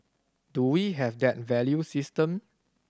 do we have that value system